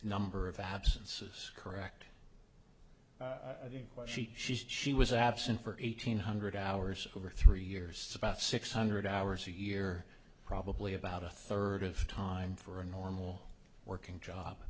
number of absence of scar act i think she she says she was absent for eighteen hundred hours over three years about six hundred hours a year probably about a third of time for a normal working job